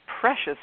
precious